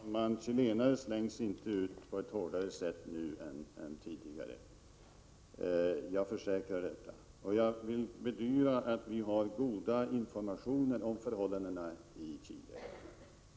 Herr talman! Chilenare slängs inte ut på ett hårdare sätt nu än tidigare. Jag försäkrar detta, och jag vill bedyra att vi har goda informationer om förhållandena i Chile.